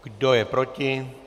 Kdo je proti?